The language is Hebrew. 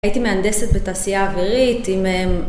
הייתי מהנדסת בתעשייה אווירית, אם הם...